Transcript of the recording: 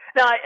Now